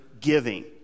giving